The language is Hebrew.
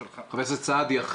לא, חבר הכנסת סעדי,